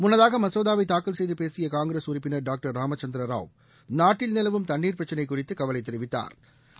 முன்னதாக மசோதாவை தாக்கல் செய்து பேசிய காங்கிரஸ் உறுப்பினர் டாக்டர் ராமசந்திர ராவ் நாட்டில் நிலவும் தண்ணீர் பிரச்சினை குறித்து கவலை தெரிவித்தாா்